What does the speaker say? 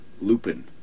Lupin